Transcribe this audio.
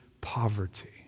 poverty